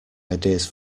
ideas